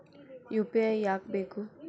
UPI ಯಾಕ್ ಬೇಕು?